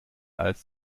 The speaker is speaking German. als